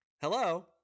hello